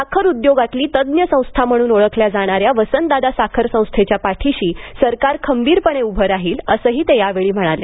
साखर उद्योगातली तज्ज्ञ संस्था म्हणून ओळखल्या जाणाऱ्या वसंतदादा साखर संस्थेच्या पाठीशी सरकार खंबीरपणे उभे राहील असं ते यावेळी म्हणाले